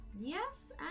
yes